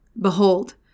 Behold